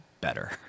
better